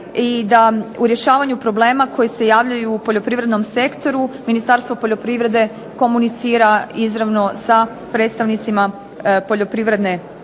i da u rješavanju problema koji se javljaju u poljoprivrednom sektoru Ministarstvo poljoprivrede komunicira izravno sa predstavnicima Poljoprivredne komore